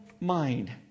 mind